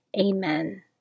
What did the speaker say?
Amen